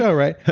so right,